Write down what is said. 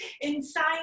inside